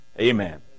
Amen